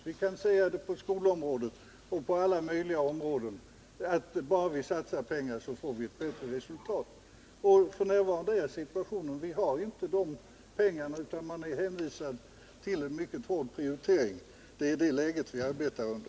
Vi kan säga det på skolområdet och på alla möjliga områden — att bara vi satsar pengar så får vi bättre resultat. Men f. n. är situationen den att vi inte har de pengarna, utan vi är hänvisade till en mycket hård prioritering. Det är de förhållandena vi arbetar under.